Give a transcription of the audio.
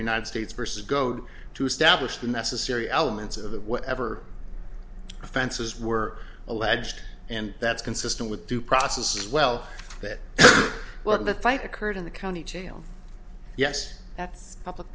united states versus goad to establish the necessary elements of the whatever offenses were alleged and that's consistent with due process as well that when the fight occurred in the county jail yes that's public